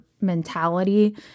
mentality